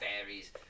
fairies